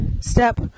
step